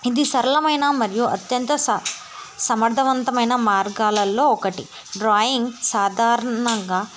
ఇది సరళమైన మరియు అత్యంత స సమర్థవంతమైన మార్గాలలో ఒకటి డ్రాయింగ్ సాధారణంగా